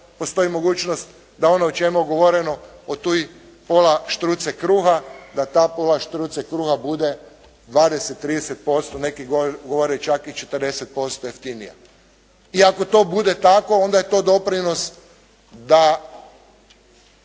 postoji mogućnost da ono čemu je govoreno o te pola štruce kruha, da ta pola štruce kruha bude 20, 30%, neki govore čak i 40% jeftinija. I ako to bude tako, onda je to doprinos da